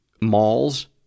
malls